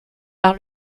par